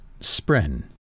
spren